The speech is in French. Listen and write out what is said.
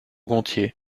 gontier